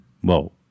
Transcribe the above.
Whoa